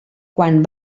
quan